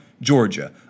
Georgia